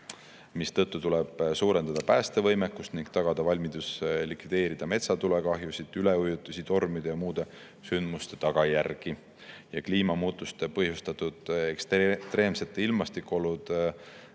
mistõttu tuleb parandada päästevõimekust ning tagada valmidus likvideerida metsatulekahjusid, üleujutusi ning tormide ja muude sündmuste tagajärgi. Kliimamuutuste põhjustatud ekstreemsed ilmastikuolud